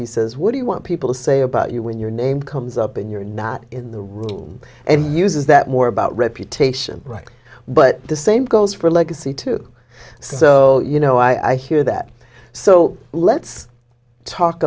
he says what do you want people to say about you when your name comes up when you're not in the room and he uses that more about reputation right but the same goes for legacy too so you know i hear that so let's talk